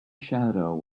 shadow